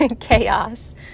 chaos